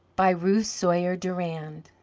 by ruth sawyer durand